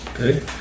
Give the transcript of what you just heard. Okay